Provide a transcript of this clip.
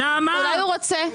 אולי הוא רוצה?